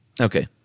Okay